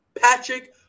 Patrick